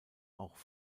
auch